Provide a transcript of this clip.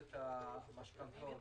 אני למשל גרה בעכו.